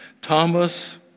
Thomas